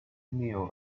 kneel